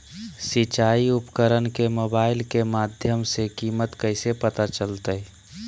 सिंचाई उपकरण के मोबाइल के माध्यम से कीमत कैसे पता चलतय?